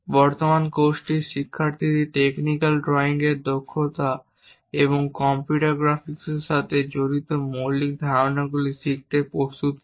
বর্তমান কোর্সটি শিক্ষার্থীদের টেকনিক্যাল ড্রয়িং দক্ষতা এবং কম্পিউটার গ্রাফিক্সের সাথে জড়িত মৌলিক ধারণাগুলি শিখতে প্রস্তুত করে